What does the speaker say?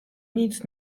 nic